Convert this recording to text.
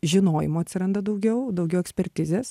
žinojimo atsiranda daugiau daugiau ekspertizės